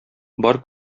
бар